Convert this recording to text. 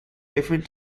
different